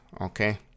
Okay